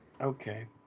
Okay